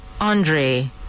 Andre